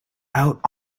out